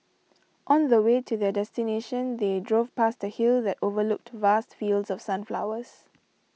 on the way to their destination they drove past a hill that overlooked vast fields of sunflowers